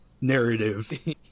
narrative